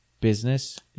business